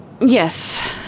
yes